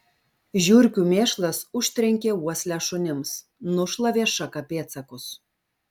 žiurkių mėšlas užtrenkė uoslę šunims nušlavė šaka pėdsakus